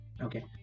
okay